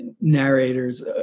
narrators